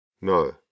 No